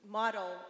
model